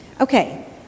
Okay